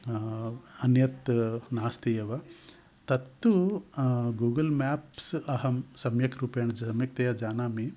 अन्यत् नास्ति एव तत्तु गूगल् मेप्स् अहं सम्यक् रूपेण ज सम्यक्तया जानामि